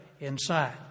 inside